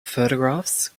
photographs